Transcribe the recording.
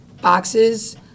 boxes